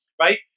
right